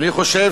אני חושב